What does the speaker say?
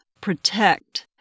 protect